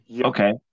Okay